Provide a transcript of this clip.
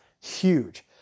huge